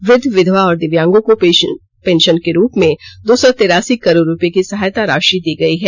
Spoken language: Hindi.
वृद्द विधवा और दिव्यांगों को पेंशन के रूप में दो सौ तेरासी करोड़ रुपए की सहायता राशि दी गई है